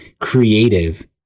creative